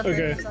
Okay